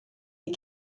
des